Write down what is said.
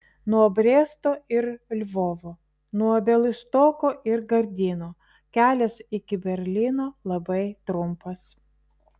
nuo bresto ir lvovo nuo bialystoko ir gardino kelias iki berlyno labai trumpas